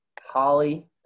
Holly